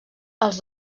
els